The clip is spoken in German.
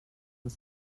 uns